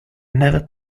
never